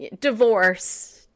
divorce